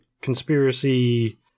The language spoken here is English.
conspiracy